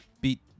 beat